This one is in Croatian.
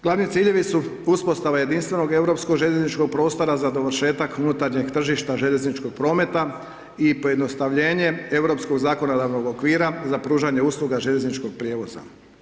Glavni ciljevi su uspostava jedinstvenog europsko željezničkog prostora za dovršetak unutarnjeg tržišta željezničkog prometa i pojednostavljenje europskog zakonodavnog okvira za pružanje usluga željezničkog prijevoza.